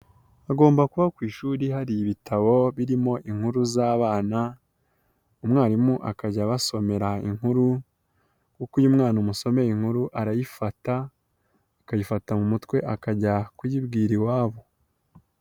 Hagomba kuba ku ishuri hari ibitabo birimo inkuru z'abana, umwarimu akajya abasomera inkuru kuko uyo umwana umuso inkuru arayifata akayifata mu mutwe akajya kuyibwira iwabo.